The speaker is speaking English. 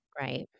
Right